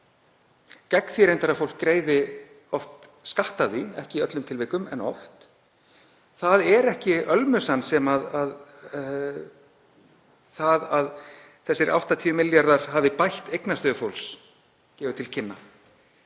ella, gegn því reyndar að fólk greiði skatta af því, ekki í öllum tilvikum en oft, er ekki ölmusan sem það að þessir 80 milljarðar hafi bætt eignastöðu fólks gefur til kynna.